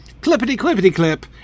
Clippity-Clippity-Clip